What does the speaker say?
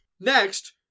Next